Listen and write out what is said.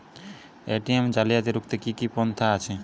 ATM জালিয়াতি রুখতে কি কি পন্থা আছে?